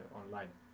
online